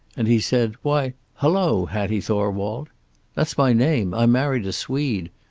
and he said, why, hello, hattie thorwald that's my name. i married a swede.